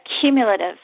cumulative